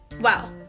Wow